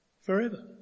forever